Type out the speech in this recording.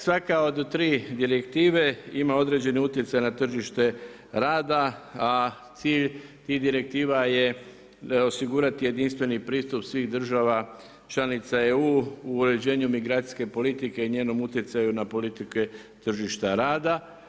Svaka od tri direktive ima određeni utjecaj na tržište rada, a cilj tih direktiva je osigurati jedinstveni pristup svih država članica EU u uređenju migracijske politike i njenom utjecaju na politike tržišta rada.